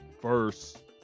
first